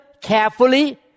carefully